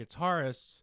guitarists